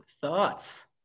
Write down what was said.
Thoughts